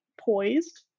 poised